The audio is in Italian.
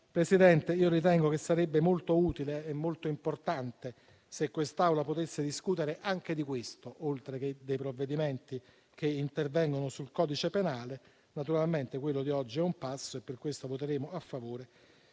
Presidente, ritengo che sarebbe allora molto utile e importante se quest'Assemblea potesse discutere anche di questo, oltre che dei provvedimenti che intervengono sul codice penale. Naturalmente quello di oggi è un passo e per questo voteremo a favore,